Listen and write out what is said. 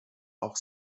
auch